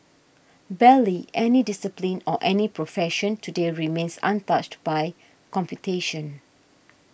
barely any discipline or any profession today remains untouched by computation